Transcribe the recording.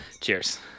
Cheers